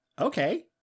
okay